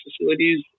facilities